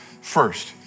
first